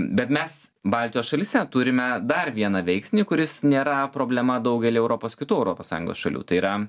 bet mes baltijos šalyse turime dar vieną veiksnį kuris nėra problema daugely europos kitų europos sąjungos šalių tai yra